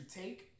take